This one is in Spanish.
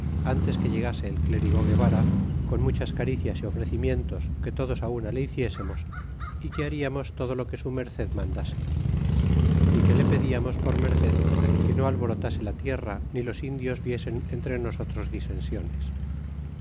ntes que llegase el clérigo guevara con muchas caricias y ofrecimientos que todos á una le hiciésemos y que hariamos todo lo que su merced mandase y que le pedíamos por merced que no alborotase la tierra ni los indios viesen entre nosotros disensiones